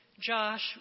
Josh